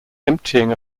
emptying